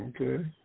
Okay